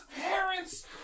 parents